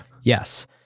Yes